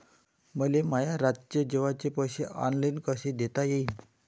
मले माया रातचे जेवाचे पैसे ऑनलाईन कसे देता येईन?